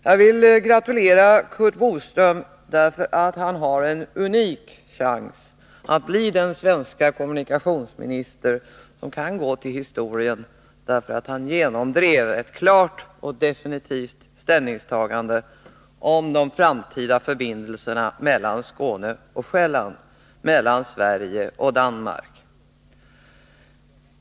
Jag vill gratulera Curt Boström därför att han har en unik chans att bli den svenske kommunikationsminister som går till historien därför att han genomdrivit ett klart och definitivt ställningstagande i fråga om de framtida förbindelserna mellan Skåne och Själland, mellan Sverige och Danmark.